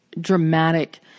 dramatic